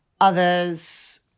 others